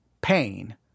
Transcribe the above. pain